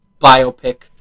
biopic